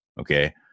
Okay